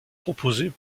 proposées